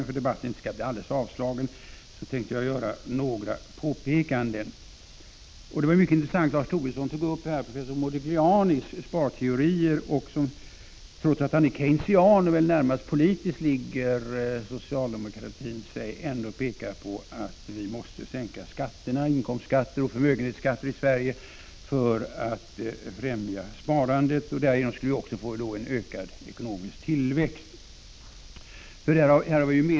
För att debatten inte skall bli alldeles avslagen tänkte jag göra några påpekanden. Det var mycket intressant, det som Lars Tobisson tog upp om professor Modiglianis sparteorier. Trots att han är Keynesian, ligger denne väl politiskt närmast socialdemokratin. Men ändå pekar han på att vi i Sverige måste sänka skatterna, inkomstskatten och förmögenhetsskatten, för att främja sparandet. Därigenom skulle vi också få en ökad ekonomisk tillväxt.